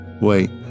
Wait